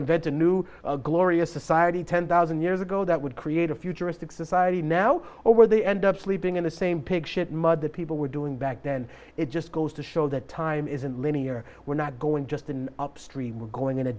invent a new glorious society ten thousand years ago that would create a futuristic society now or where they end up sleeping in the same pig shit mud that people were doing back then it just goes to show that time isn't linear we're not going just in upstream we're going